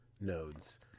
nodes